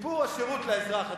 שיפור השירות לאזרח.